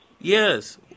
Yes